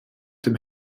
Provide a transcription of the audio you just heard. dem